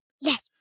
Yes